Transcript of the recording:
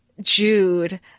Jude